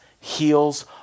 heals